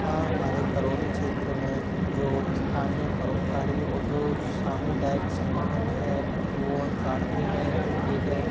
हां हमारे करौली क्षेत्र में जो स्थानीय परोपकारी और जो सामुदायिक संगठन है वो काफ़ी है जो एक है